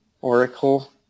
Oracle